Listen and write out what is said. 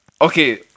okay